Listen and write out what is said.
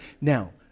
Now